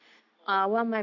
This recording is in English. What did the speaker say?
mm